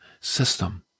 system